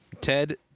Ted